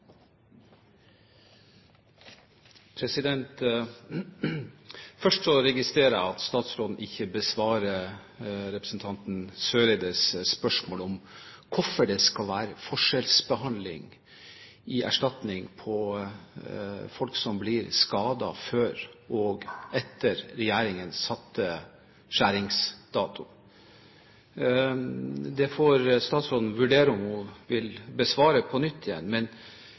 Først registrerer jeg at statsråden ikke besvarer representanten Eriksen Søreides spørsmål om hvorfor det skal være forskjellsbehandling i erstatning mellom folk som blir skadet før og skadet etter at regjeringen satte skjæringsdato. Statsråden får vurdere på nytt om hun vil besvare